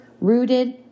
rooted